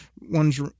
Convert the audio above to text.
ones